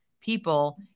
people